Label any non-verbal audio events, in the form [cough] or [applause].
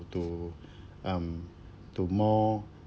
to [breath] um to more